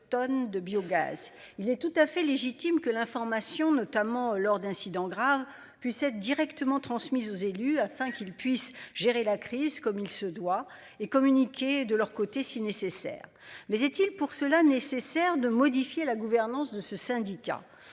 tonnes de biogaz. Il est tout à fait légitime que l'information notamment lors d'incidents graves puissent être directement transmise aux élus afin qu'il puisse gérer la crise comme il se doit et communiquer. De leur côté si nécessaire. Mais est-il pour cela nécessaire de modifier la gouvernance de ce syndicat.